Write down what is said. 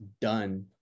done